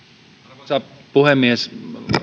arvoisa puhemies